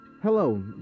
hello